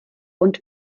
und